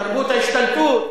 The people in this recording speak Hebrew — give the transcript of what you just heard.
תרבות ההשתלטות?